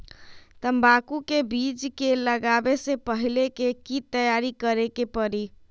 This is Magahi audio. तंबाकू के बीज के लगाबे से पहिले के की तैयारी करे के परी?